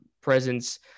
presence